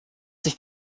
sich